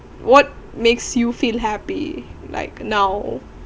what makes you feel happy like now